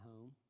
home